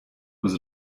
was